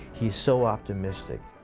he's so optimistic.